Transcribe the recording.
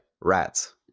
rats